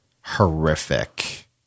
horrific